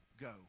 Go